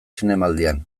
zinemaldian